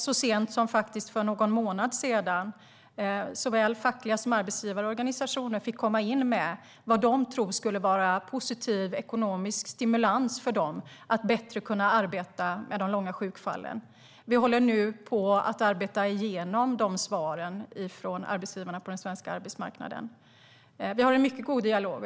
Så sent som för någon månad sedan fick såväl fackliga organisationer som arbetsgivarorganisationer inkomma med sina förslag om vad som skulle kunna innebära positiv ekonomisk stimulans för dem till att kunna arbeta bättre med de långa sjukfallen. Vi håller nu på att arbeta igenom svaren från arbetsgivarna på den svenska arbetsmarknaden. Vi har en mycket god dialog.